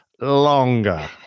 longer